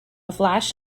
flash